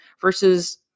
versus